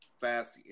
fast